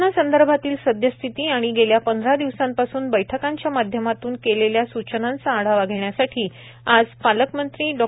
corona संदर्भातील सदयस्थिती व गेल्या पंधरा दिवसांपासून बैठकांच्या माध्यमातून केलेल्या सूचनांचा आढावा घेण्यासाठी आज पालकमंत्री डॉ